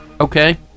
Okay